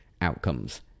outcomes